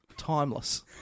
Timeless